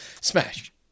Smash